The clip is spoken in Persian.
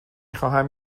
خواهم